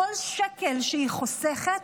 כל שקל שהם חוסכים